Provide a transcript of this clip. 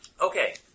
Okay